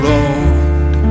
Lord